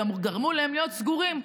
גרמו להם להיות סגורים,